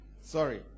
Sorry